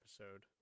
episode